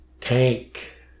tank